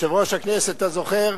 יושב-ראש הכנסת, אתה זוכר?